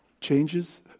changes